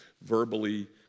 verbally